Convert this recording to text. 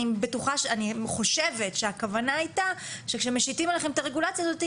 אני חושבת שהכוונה הייתה שכשמשיטים עליכם את הרגולציה הזאת,